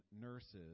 nurses